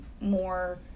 more